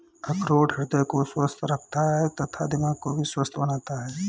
अखरोट हृदय को स्वस्थ रखता है तथा दिमाग को भी स्वस्थ बनाता है